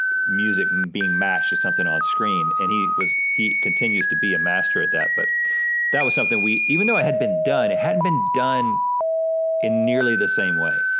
music being matched to something on screen, and he was, he continues to be a master at that, but that was something we, even though it had been done, it hadn't been done in nearly the same way.